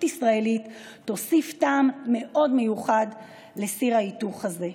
ישראלית יוסיפו טעם מיוחד מאוד לסיר ההיתוך הזה.